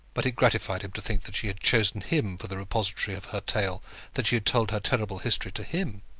but it gratified him to think that she had chosen him for the repository of her tale that she had told her terrible history to him.